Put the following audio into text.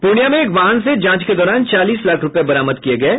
पूर्णिया में एक वाहन से जांच के दौरान चालीस लाख रूपये बरामद किये गये